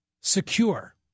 secure